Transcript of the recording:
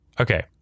Okay